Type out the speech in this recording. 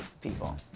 people